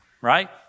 right